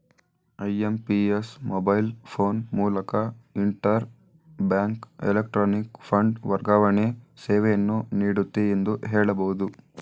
IMPS mobile phone ಮೂಲಕ interbank electronic fund ವರ್ಗಾವಣೆ ಸೇವೆಯನ್ನು ನೀಡುತ್ತೆ ಎಂದು ಹೇಳಬಹುದು